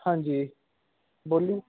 ਹਾਂਜੀ ਬੋਲੀ